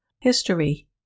History